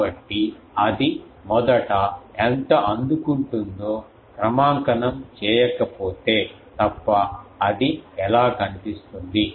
కాబట్టి అది మొదట ఎంత అందుకుంటుందో క్రమాంకనం చేయకపోతే తప్ప అది ఎలా కనిపిస్తుంది